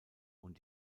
und